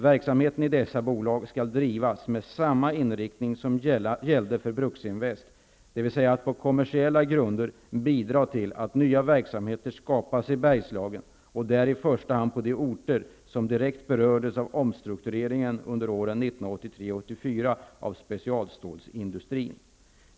Verksamheten i dessa bolag skall drivas med samma inriktning som gällde för Bruksinvest, dvs. att på kommersiella grunder bidra till att nya verksamheter skapas i Bergslagen och där i första hand på de orter som direkt berördes av omstruktureringen under åren 1983-- 1984 av specialstålindustrin.